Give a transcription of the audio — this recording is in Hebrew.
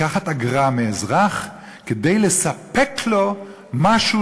לקחת אגרה מאזרח כדי לספק לו משהו